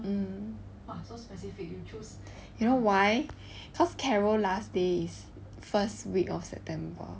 you know why cause carol last days first week of september